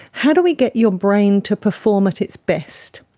how do we get your brain to perform at its best,